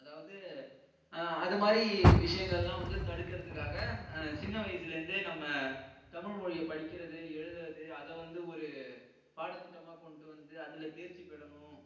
அதாவது அது மாதிரி விஷயங்கள்லாம் வந்து தடுக்கிறதுக்காக சின்ன வயசுலேருந்தே நம்ம தமிழ் மொழியை படிக்கிறது எழுதுவது அதை வந்து ஒரு பாடத்திட்டமாக கொண்டு வந்து அதில் தேர்ச்சி பெறணும்